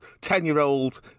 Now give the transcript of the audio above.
ten-year-old